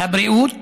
הבריאות